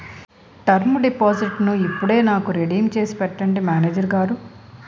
term డిపాజిట్టును ఇప్పుడే నాకు రిడీమ్ చేసి పెట్టండి మేనేజరు గారు